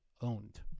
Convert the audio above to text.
owned